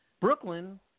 Brooklyn